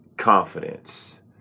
confidence